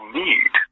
need